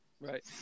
Right